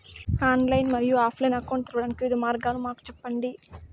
Online మరియు offline account తెరవడానికి వివిధ మార్గాలు మాకు సెప్పండి?